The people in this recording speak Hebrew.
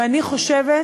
ואני חושבת